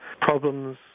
problems